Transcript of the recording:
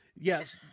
Yes